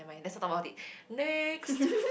nevermind let's not talk about it next